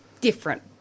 different